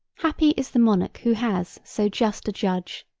happy is the monarch who has so just a judge,